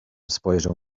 spojrzał